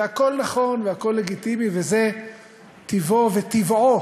זה הכול נכון והכול לגיטימי, וזה טיבו וטבעו